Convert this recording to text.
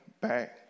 back